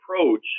approach